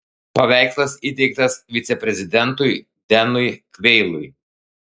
paveikslas įteiktas viceprezidentui denui kveilui